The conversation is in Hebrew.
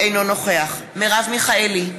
אינו נוכח מרב מיכאלי,